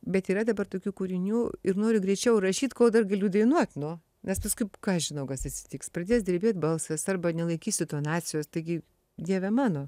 bet yra dabar tokių kūrinių ir noriu greičiau rašyt kol dar galiu dainuoti nu nes paskui ką aš žinau kas atsitiks pradės drebėt balsas arba nelaikysiu tonacijos taigi dieve mano